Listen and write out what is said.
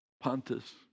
Pontus